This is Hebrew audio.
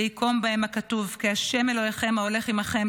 ויקים בהם הכתוב: 'כי ה' אלהיכם ההלך עמכם,